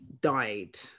died